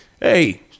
hey